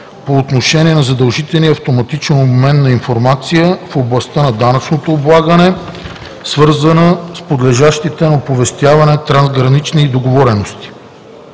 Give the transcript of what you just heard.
по отношение на задължителния автоматичен обмен на информация в областта на данъчното облагане, свързана с подлежащите на оповестяване трансгранични договорености.